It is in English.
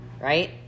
right